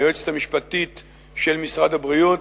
היועצת המשפטית של משרד הבריאות.